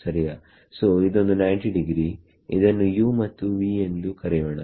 ಸೋಇದೊಂದು 90 degree ಇದನ್ನು u ಮತ್ತು v ಎಂದು ಕರೆಯೋಣ